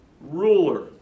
Ruler